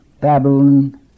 Babylon